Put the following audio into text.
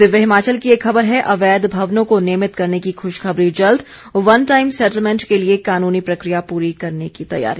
दिव्य हिमाचल की एक खबर है अवैध भवनों को नियमित करने की खुशखबरी जल्द वन टाईम सैटलमैंट के लिए कानूनी प्रकिया पूरी करने की तैयारी